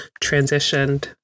transitioned